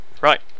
Right